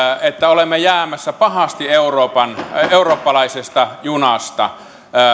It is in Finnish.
että olemme jäämässä pahasti eurooppalaisesta junasta